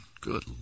Good